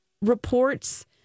reports